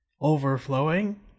overflowing